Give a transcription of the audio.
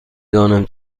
دانم